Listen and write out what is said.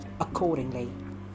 accordingly